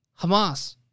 Hamas